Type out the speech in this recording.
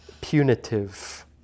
punitive